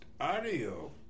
audio